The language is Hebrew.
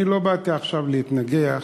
אני לא באתי עכשיו להתנגח